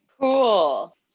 Cool